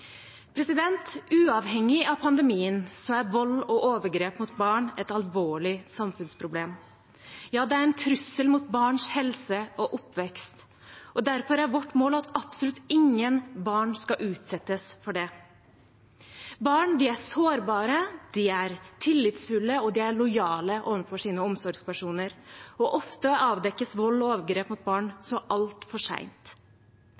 Uavhengig av pandemien er vold og overgrep mot barn et alvorlig samfunnsproblem. Ja, det er en trussel mot barns helse og oppvekst. Derfor er vårt mål at absolutt ingen barn skal utsettes for det. Barn er sårbare, tillitsfulle og lojale overfor sine omsorgspersoner. Ofte avdekkes vold og overgrep mot barn